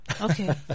Okay